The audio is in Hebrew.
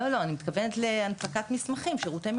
לא, לא, אני מתכוונת להנפקת מסמכים, שירותים מרשם.